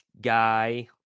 guy